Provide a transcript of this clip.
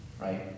Right